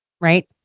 Right